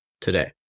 today